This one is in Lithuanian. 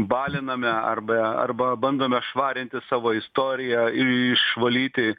baliname arba arba bandome švarinti savo istoriją ir išvalyti